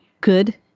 good